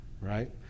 Right